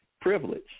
privilege